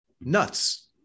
nuts